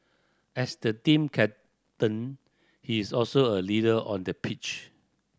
as the team captain he is also a leader on the pitch